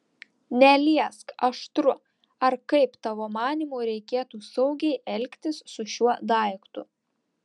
neliesk aštru ar kaip tavo manymu reikėtų saugiai elgtis su šiuo daiktu